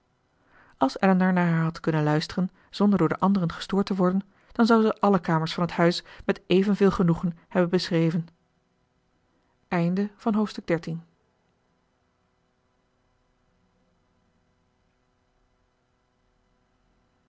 als elinor naar haar had kunnen luisteren zonder door de anderen gestoord te worden dan zou ze alle kamers van het huis met evenveel genoegen hebben beschreven hoofdstuk